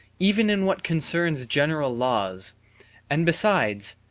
even in what concerns general laws and besides,